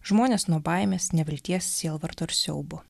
žmonės nuo baimės nevilties sielvarto ir siaubo